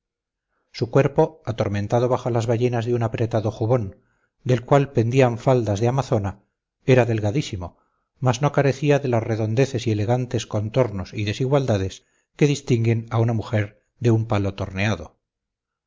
su cuerpo atormentado bajo las ballenas de un apretado jubón del cual pendían faldas de amazona era delgadísimo mas no carecía de las redondeces y elegantes contornos y desigualdades que distinguen a una mujer de un palo torneado